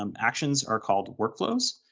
um actions are called workflows,